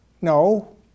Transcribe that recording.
No